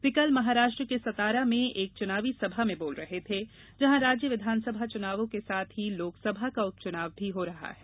वे कल महाराष्ट्र के सातारा में एक चुनावी सभा में बोल रहे थे जहां राज्य विधानसभा चुनावों के साथ ही लोकसभा का उप चुनाव भी हो रहा है